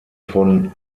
von